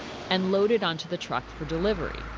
and loaded onto the truck for delivery.